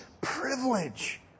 privilege